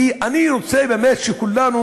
כי מי שמחזיק קרקע ולא